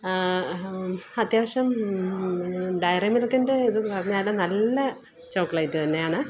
അത്യാവശ്യം ഡയറി മിൽക്കിന്റെ ഇത് പറഞ്ഞാൽ നല്ല ചോക്ലേറ്റ് തന്നെയാണ്